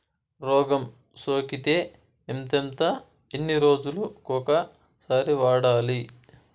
రోగం సోకితే ఎంతెంత ఎన్ని రోజులు కొక సారి వాడాలి?